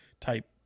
type